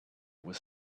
was